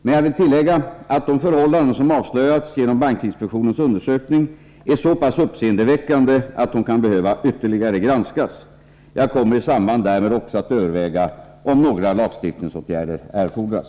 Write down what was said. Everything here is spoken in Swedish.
Men jag vill tillägga att de förhållanden som avslöjats genom bankinspektionens undersökning är så pass uppseendeväckande att de kan behöva ytterligare granskas. Jag kommer i samband därmed också att överväga om några lagstiftningsåtgärder erfordras.